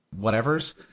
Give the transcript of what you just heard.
whatevers